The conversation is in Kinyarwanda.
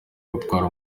gutwara